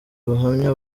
ubuhamya